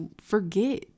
forget